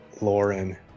Lauren